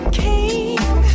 king